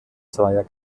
zweier